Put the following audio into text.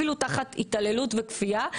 אפילו תחת התעללות וכפייה,